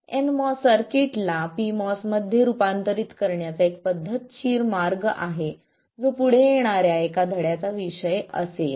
nMOS सर्किटला pMOS मध्ये रूपांतरित करण्याचा एक पद्धतशीर मार्ग आहे जो पुढे येणाऱ्या एका धड्याचा विषय असेल